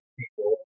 people